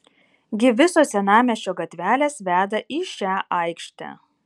gi visos senamiesčio gatvelės veda į šią aikštę